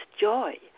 joy